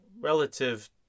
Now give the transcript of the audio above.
relative